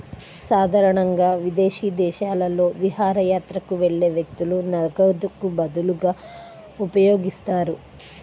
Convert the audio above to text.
సాధారణంగా విదేశీ దేశాలలో విహారయాత్రకు వెళ్లే వ్యక్తులు నగదుకు బదులుగా ఉపయోగిస్తారు